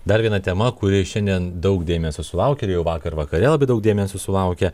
dar viena tema kuri šiandien daug dėmesio sulaukė ir jau vakar vakare labai daug dėmesio sulaukė